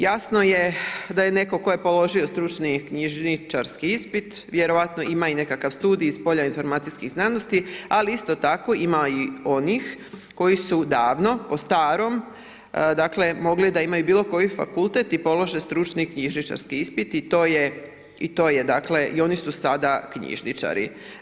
Jasno je da je netko tko je položio stručni knjižničarski ispit vjerojatno ima i nekakav studij iz polja informacijskih znanosti ali isto tako ima i onih koji su davno po starom dakle mogli da imaju bilo koji fakultet i položen stručni knjižničarski ispit i to je dakle i oni su sada knjižničari.